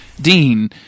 Dean